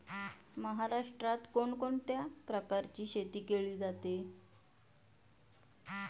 महाराष्ट्रात कोण कोणत्या प्रकारची शेती केली जाते?